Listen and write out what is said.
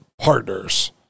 partners